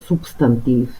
substantiv